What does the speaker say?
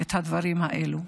את הדברים האלה.